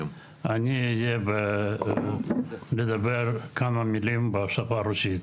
אדבר כמה מלים בשפה הרוסית.